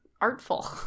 artful